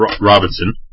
Robinson